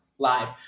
live